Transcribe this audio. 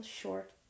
short